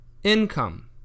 income